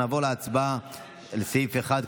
אנחנו נעבור להצבעה על סעיף 1,